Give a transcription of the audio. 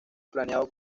planeado